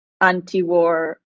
anti-war